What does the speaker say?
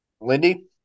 Lindy